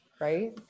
Right